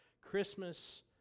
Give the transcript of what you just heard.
Christmas